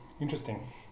interesting